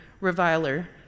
reviler